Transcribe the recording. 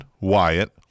Wyatt